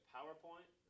PowerPoint